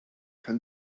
kann